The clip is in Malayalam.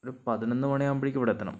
ഒരു പതിനൊന്ന് മണിയാവുമ്പോഴേക്കും ഇവിടെ എത്തണം